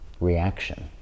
reaction